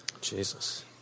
Jesus